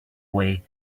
way